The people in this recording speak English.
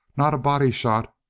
not a body shot.